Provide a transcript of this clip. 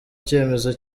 cyemezo